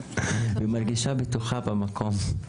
אני מרגישה בטוחה במקום.